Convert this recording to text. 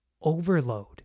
overload